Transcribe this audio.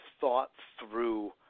thought-through